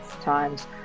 times